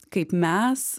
kaip mes